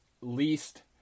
least